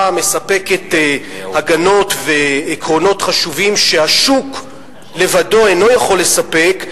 מספקת הגנות ועקרונות חשובים שהשוק לבדו אינו יכול לספק,